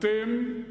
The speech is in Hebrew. אתם,